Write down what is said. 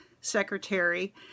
secretary